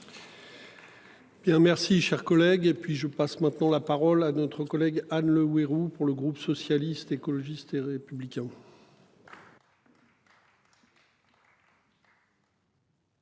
merci, cher collègue. Et puis je passe maintenant la parole à d'autres collègues Anne Le Huérou pour le groupe socialiste, écologiste et républicain.